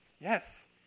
Yes